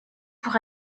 pour